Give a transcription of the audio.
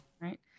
Right